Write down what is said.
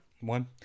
One